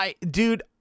Dude